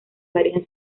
varían